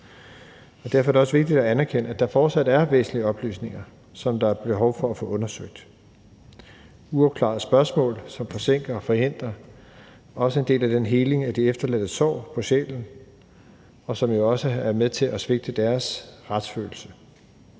Derfor er det også vigtigt at anerkende, at der fortsat er væsentlige oplysninger, som der er behov for at få undersøgt, og der er uafklarede spørgsmål, hvilket forsinker og også forhindrer en del af den heling af de efterladtes sår på sjælen, hvilket jo også er med til at krænke deres retsfølelse.